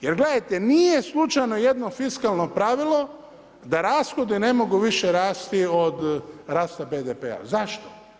Jer gledajte, nije slučajno jedno fiskalno pravilo da rashodi ne mogu više rasti od rasta BDP-a, zašto?